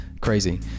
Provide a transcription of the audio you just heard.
crazy